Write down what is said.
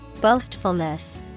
boastfulness